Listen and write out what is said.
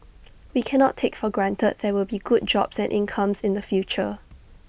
we cannot take for granted there will be good jobs and incomes in the future